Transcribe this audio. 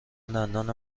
دندان